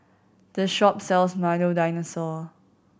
this shop sells Milo Dinosaur